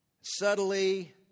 Subtly